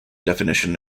definition